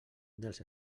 dels